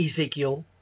Ezekiel